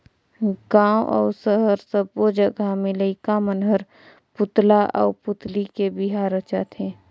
गांव अउ सहर सब्बो जघा में लईका मन हर पुतला आउ पुतली के बिहा रचाथे